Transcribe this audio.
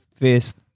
first